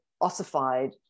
ossified